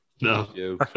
No